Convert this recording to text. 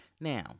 now